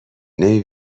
نمی